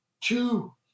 two